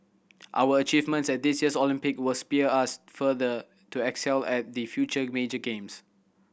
our achievements at this year's Olympic will spur us further to excel at the future major games